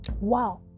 wow